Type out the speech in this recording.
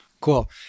Cool